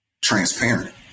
transparent